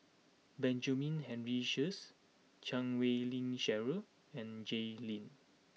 Benjamin Henry Sheares Chan Wei Ling Cheryl and Jay Lim